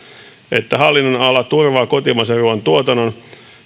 että hallinnonala turvaa kotimaisen ruoan tuotannon